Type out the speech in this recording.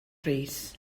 rees